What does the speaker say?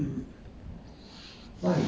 he will guide you back to